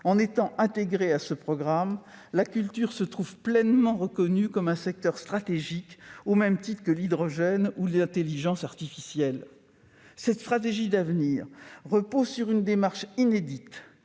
En étant intégrée à ce programme, la culture se trouve pleinement reconnue comme un secteur stratégique, au même titre que l'hydrogène ou les intelligences artificielles. Cette stratégie d'avenir repose sur une démarche inédite,